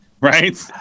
right